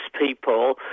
people